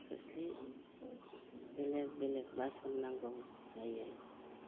खोस्लि बेलेग बेलेग बासन नांगौ जायो